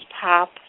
pop